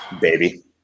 baby